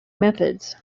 methods